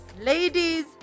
ladies